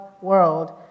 world